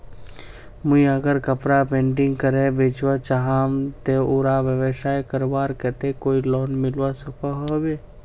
मुई अगर कपड़ा पेंटिंग करे बेचवा चाहम ते उडा व्यवसाय करवार केते कोई लोन मिलवा सकोहो होबे?